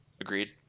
Agreed